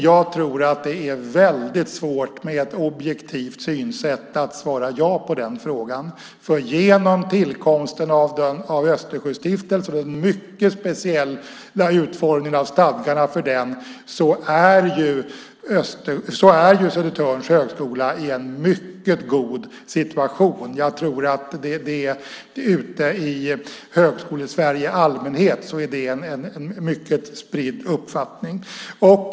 Jag tror att det är svårt att med ett objektivt synsätt svara ja på den frågan. Genom tillkomsten av Östersjöstiftelsen och den mycket speciella utformningen av stadgarna för den är ju Södertörns högskola i en mycket god situation. Jag tror att det i Högskole-Sverige i allmänhet är en mycket spridd uppfattning.